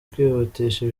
kwihutisha